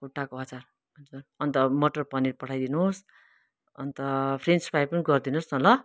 खुट्टाको अचार अन्त मटर पनिर पठाइदिनोस् अन्त फ्रेन्च फ्राई पनि गरिदिनुहोस् न ल